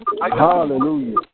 Hallelujah